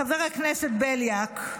חבר הכנסת בליאק,